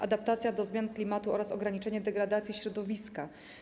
Adaptacja do zmian klimatu oraz ograniczenie degradacji środowiska˝